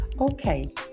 Okay